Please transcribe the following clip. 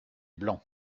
blanc